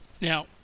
Now